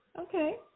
Okay